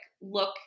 look